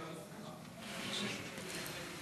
רשם הקבלנים.